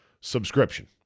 subscription